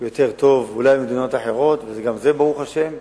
יותר טוב, אולי, ממדינות אחרות, וגם זה, ברוך השם.